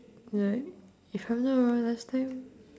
like if I knew what I want last time